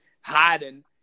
hiding